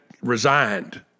resigned